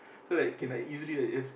so like can like easily like just